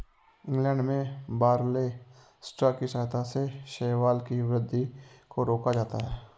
England में barley straw की सहायता से शैवाल की वृद्धि को रोका जाता है